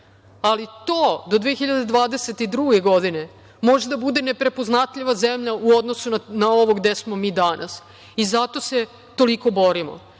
ali to do 2022. godine može da bude neprepoznatljiva zemlja u odnosu na ovo gde smo mi danas i zato se toliko borimo.